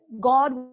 god